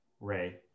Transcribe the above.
Ray